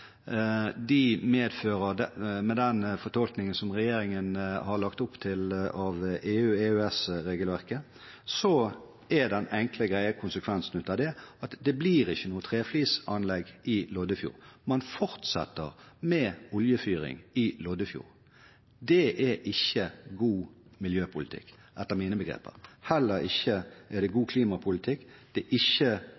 med den fortolkningen av EU/EØS-regelverket som regjeringen har lagt opp til – er den enkle og greie konsekvensen at det ikke blir noe treflisanlegg i Loddefjord. Man fortsetter med oljefyring i Loddefjord. Det er ikke god miljøpolitikk, etter mine begreper. Heller ikke er det god klimapolitikk. Det er ikke